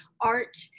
art